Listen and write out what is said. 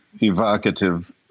evocative